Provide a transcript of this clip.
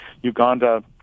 Uganda